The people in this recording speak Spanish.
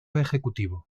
ejecutivo